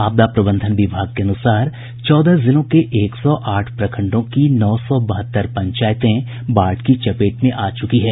आपदा प्रबंधन विभाग के अनुसार चौदह जिलों के एक सौ आठ प्रखंडों की नौ सौ बहत्तर पंचायतें बाढ़ की चपेट में आ चुकी है